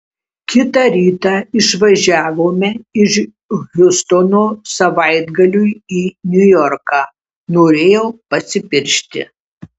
kitą rytą išvažiavome iš hjustono savaitgaliui į niujorką norėjau pasipiršti